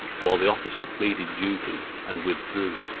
while the officer pleaded duty and withdrew.